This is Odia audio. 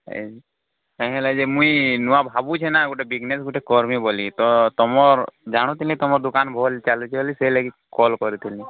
ଏ କାଏଁ ହେଲା ଯେ ମୁଇଁ ନୂଆ ଭାବୁଛେ ନା ଗୋଟେ ବିଜନେସ୍ ଗୋଟେ କର୍ମି ବୋଲି ତ ତୁମର୍ ଜାଣୁଥିଲି ତୁମର୍ ଦୁକାନ ଭଲ ଚାଲୁଛି ବୋଲି ସେଥିଲାଗି କଲ୍ କରିଥିଲି